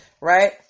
Right